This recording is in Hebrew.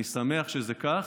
אני שמח שזה כך.